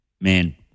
man